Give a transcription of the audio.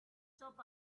shop